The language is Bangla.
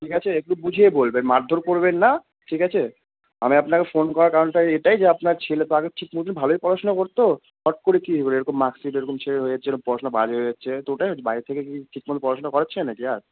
ঠিক আছে একটু বুঝিয়ে বলবেন মারধোর করবেন না ঠিক আছে আমি আপনাকে ফোন করার কারণটা এটাই যে আপনার ছেলে তো আগে ঠিক মতন ভালোই পড়াশোনা করতো ফট করে কী হলো এরকম মার্কশিট এরকম ছে হয়ে যাচ্ছে এরকম পড়াশোনা বাজে হয়ে যাচ্ছে তো ওটাই বলছি বাড়ি থেকে কি ঠিক মতো পড়াশোনা করাচ্ছেনা নাকি আর